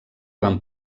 van